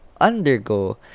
undergo